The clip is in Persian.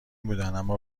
بودند، اما